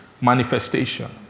manifestation